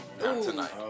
tonight